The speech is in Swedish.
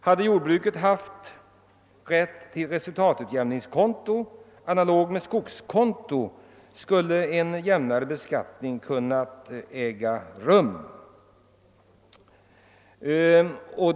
Hade jordbruket haft rätt till resultatutjämningskonto, analogt med skogskonto, skulle en jämnare beskattning ha kunnat äga rum.